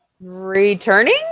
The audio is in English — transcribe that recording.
returning